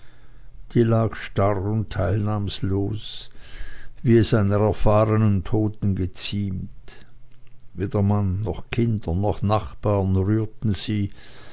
die lag starr und teilnahmlos wie es einer erfahrenen toten geziemt weder mann noch kinder noch nachbaren rührten sie